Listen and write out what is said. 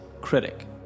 critic